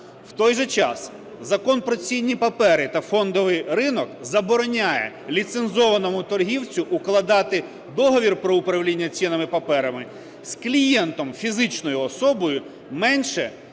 В той же час Закон "Про цінні папери та фондовий ринок" забороняє ліцензованому торгівцю укладати договір про управління цінними паперами з клієнтом фізичною особою менше